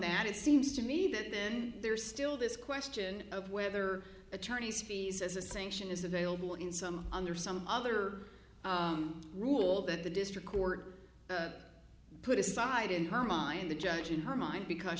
that it seems to me that then there's still this question of whether attorneys fees as a sanction is available in some under some other rule that the district court put aside in her mind the judge in her mind because